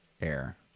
air